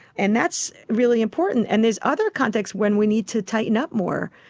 and that's really important. and there's other contexts when we need to tighten up more.